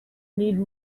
need